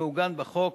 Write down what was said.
המעוגן בחוק,